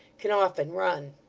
can often run.